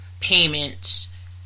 payments